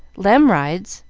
lem rides,